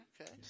Okay